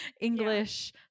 English